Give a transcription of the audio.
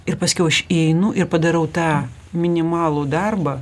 ir paskiau aš įeinu ir padarau tą minimalų darbą